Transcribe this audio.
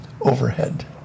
overhead